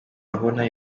abona